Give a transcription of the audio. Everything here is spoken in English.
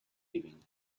living